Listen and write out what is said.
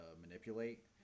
manipulate